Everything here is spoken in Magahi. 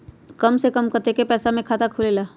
कम से कम कतेइक पैसा में खाता खुलेला?